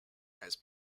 has